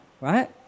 right